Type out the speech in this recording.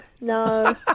no